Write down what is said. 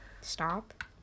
Stop